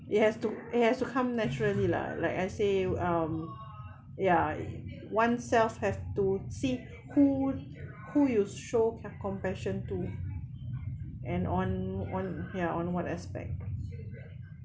it has to it has to come naturally lah like I say um ya oneself have to see who who you show compassion to and on on ya on what aspect